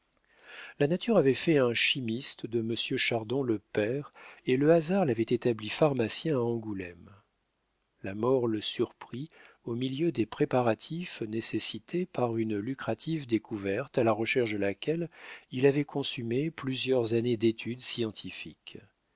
la nature avait fait un chimiste de monsieur chardon le père et le hasard l'avait établi pharmacien à angoulême la mort le surprit au milieu des préparatifs nécessités par une lucrative découverte à la recherche de laquelle il avait consumé plusieurs années d'études scientifiques